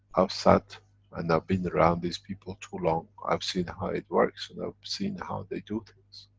i've sat and i've been around these people too long, i've seen how it works, and ah i've seen how they do things.